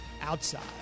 outside